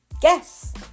Guess